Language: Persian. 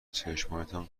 چشمهایتان